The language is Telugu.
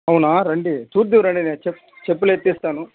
అవునా రండి చూద్దురండి నేను చెప్ చెప్పులు ఎత్తిస్తాను